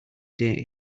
day